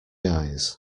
eyes